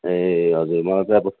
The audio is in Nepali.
ए हजुर मलाई चाहिँ अब